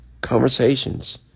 Conversations